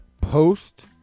Post